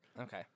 Okay